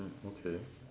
okay